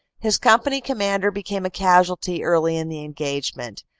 his company com mander became a casualty early in the engagenlent,